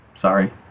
sorry